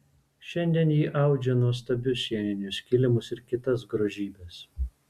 šiandien ji audžia nuostabius sieninius kilimus ir kitas grožybes